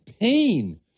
pain